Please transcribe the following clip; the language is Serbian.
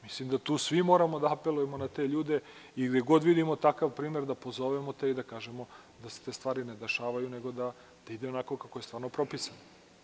Mislim da tu svi moramo da apelujemo na te ljude i gde god vidimo takav primer da pozovemo i da kažemo da se te stvari ne dešavaju, nego da ide onako kako je stvarno propisano.